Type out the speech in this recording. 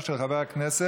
עשיתי כל מה שהיה ביכולתי,